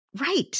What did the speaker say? right